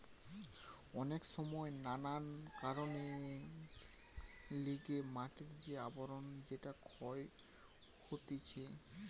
অনেক সময় নানান কারণের লিগে মাটির যে আবরণ সেটা ক্ষয় হতিছে